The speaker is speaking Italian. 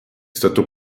stato